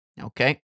Okay